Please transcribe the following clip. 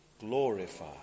glorify